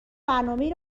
برنامهای